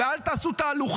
ואל תעשו תהלוכה.